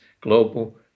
global